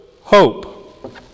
hope